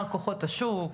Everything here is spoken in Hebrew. כוחות השוק,